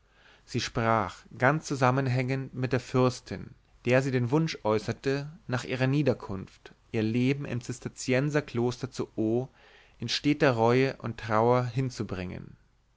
sie sprach ganz zusammenhängend mit der fürstin der sie den wunsch äußerte nach ihrer niederkunft ihr leben im zisterzienserkloster zu o in steter reue und trauer hinzubringen